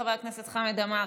חבר הכנסת חמד עמאר,